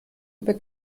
über